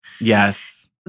Yes